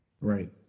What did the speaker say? Right